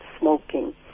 smoking